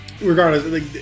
regardless